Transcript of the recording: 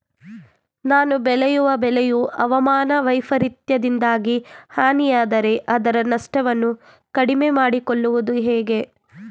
ನಾನು ಬೆಳೆಯುವ ಬೆಳೆಯು ಹವಾಮಾನ ವೈಫರಿತ್ಯದಿಂದಾಗಿ ಹಾನಿಯಾದರೆ ಅದರ ನಷ್ಟವನ್ನು ಕಡಿಮೆ ಮಾಡಿಕೊಳ್ಳುವುದು ಹೇಗೆ?